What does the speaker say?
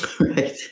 Right